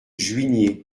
juigné